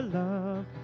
love